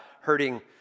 hurting